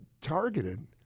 targeted